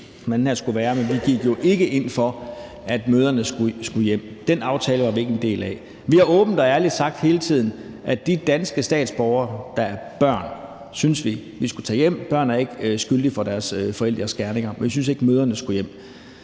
men vi gik jo ikke ind for, at mødrene skulle hjem. Den aftale var vi ikke en del af. Vi har åbent og ærligt sagt hele tiden, at de danske statsborgere, der er børn, syntes vi skulle tages hjem. Børn er ikke skyldige for deres forældres gerninger. Men vi syntes ikke, at mødrene skulle hjem.